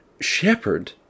shepherd